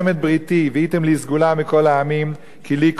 והייתם לי סגֻלה מכל העמים כי לי כל הארץ"?